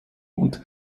und